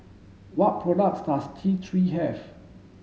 what products does T three have